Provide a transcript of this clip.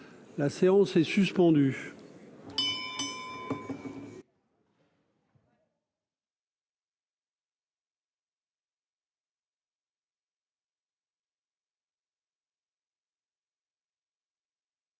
La séance est suspendue.